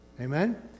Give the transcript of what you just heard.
Amen